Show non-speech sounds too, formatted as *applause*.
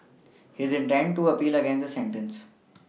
*noise* he intends to appeal against the sentence